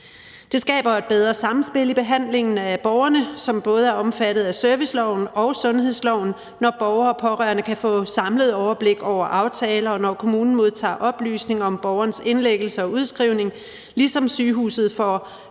Det skaber et bedre samspil i behandlingen af borgerne, som både er omfattet af serviceloven og sundhedsloven, når borgere og pårørende kan få et samlet overblik over aftaler, og når kommunen modtager oplysninger om borgerens indlæggelse og udskrivning, ligesom sygehuset får